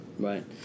Right